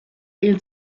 hil